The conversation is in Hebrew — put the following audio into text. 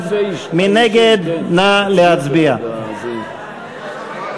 על האיושים, נושא האיושים, כן.